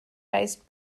based